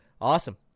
awesome